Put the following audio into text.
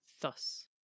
thus